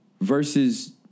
Versus